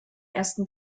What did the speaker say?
ersten